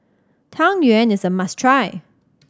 Tang Yuen is a must try